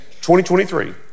2023